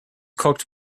cooked